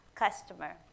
customer